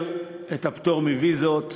לאשר את הפטור מוויזות